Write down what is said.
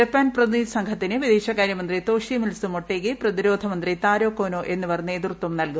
Japan പ്രതിനിധി സംഘത്തിന് വിദേശകാര്യമന്ത്രി തോഷി മിത്സു മൊട്ടേഗി പ്രതിരോധമന്ത്രി താരോ കോനോ എന്നിവർ നേതൃത്വം നൽകും